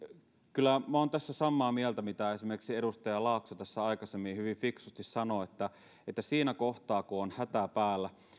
kyllä minä olen tässä samaa mieltä mitä esimerkiksi edustaja laakso tässä aikaisemmin hyvin fiksusti sanoi että että siinä kohtaa kun on hätä päällä